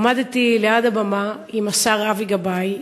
עמדתי ליד הבמה עם השר אבי גבאי,